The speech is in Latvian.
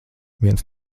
viens